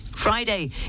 Friday